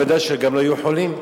ובוודאי שגם לא יהיו חולים.